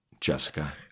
Jessica